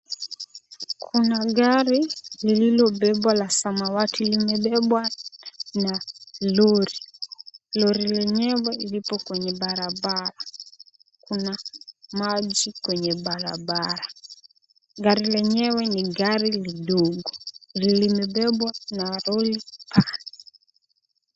Kuna gari lililobebwa la samawati, limebebwa na lori. Lori lenyewe lipo kwenye barabara, kuna maji kwenye barabara. Gari lenyewe ni gari lidogo, limebebwa na lori.